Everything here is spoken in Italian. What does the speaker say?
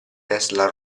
tesla